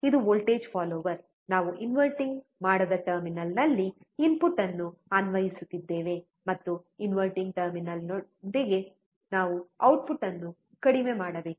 ಇದು voltage follower ನಾವು inverting ಮಾಡದ ಟರ್ಮಿನಲ್ನಲ್ಲಿ ಇನ್ಪುಟ್ ಅನ್ನು ಅನ್ವಯಿಸುತ್ತಿದ್ದೇವೆ ಮತ್ತು ಇನ್ವರ್ಟಿಂಗ್ ಟರ್ಮಿನಲ್ನೊಂದಿಗೆ ನಾವು ಔಟ್ಪುಟ್ ಅನ್ನು ಕಡಿಮೆ ಮಾಡಬೇಕು